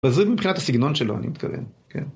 אבל זה מבחינת הסיגנון שלו, אני מתכוון, כן.